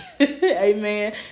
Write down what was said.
Amen